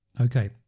Okay